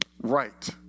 right